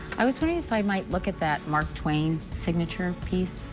i was wondering if i might look at that mark twain signature piece?